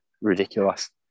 ridiculous